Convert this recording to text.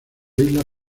isla